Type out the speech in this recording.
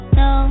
no